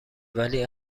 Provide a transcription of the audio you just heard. ولی